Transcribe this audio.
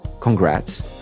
congrats